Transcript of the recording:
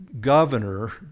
governor